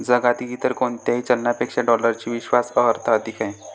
जगातील इतर कोणत्याही चलनापेक्षा डॉलरची विश्वास अर्हता अधिक आहे